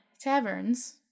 taverns